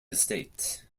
estate